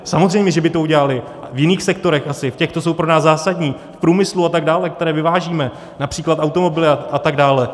Samozřejmě že by to udělali a v jiných sektorech asi, v těch, co jsou pro nás zásadní, v průmyslu a tak dále, kde vyvážíme, například automobily a tak dále.